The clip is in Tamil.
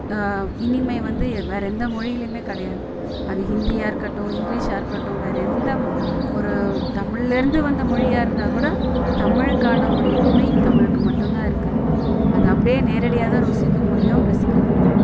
இனிமை வந்து எ வேற எந்த மொழியிலையுமே கிடையாது அது ஹிந்தியாக இருக்கட்டும் இங்கிலீஷாக இருக்கட்டும் வேற எந்த ஒரு தமிழ்லேருந்து வந்த மொழியாக இருந்தால் கூட தமிழுக்கான ஒரு இனிமை தமிழுக்கு மட்டுந்தான் இருக்குது அது அப்படியே நேரடியாக தான் ருசிக்க முடியும் ரசிக்க முடியும்